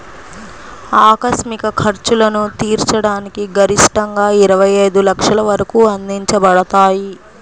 ఆకస్మిక ఖర్చులను తీర్చడానికి గరిష్టంగాఇరవై ఐదు లక్షల వరకు అందించబడతాయి